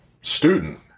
student